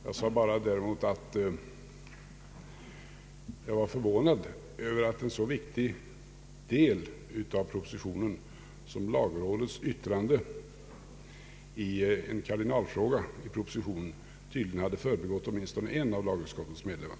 Jag vill säga att jag var förvånad över att en så viktig del av propositionen som lagrådets yttrande i en kardinalfråga i propositionen tydligen hade förbigått åtminstone en av lagutskottets medlemmar.